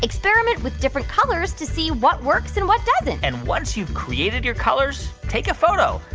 experiment with different colors to see what works and what doesn't and once you've created your colors, take a photo.